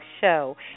show